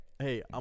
Hey